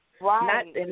Right